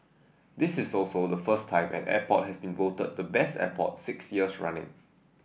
this is also the first time an airport has been voted the Best Airport six years running